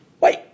Wait